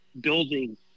building